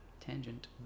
Tangent